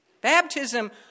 Baptism